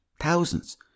Thousands